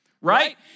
right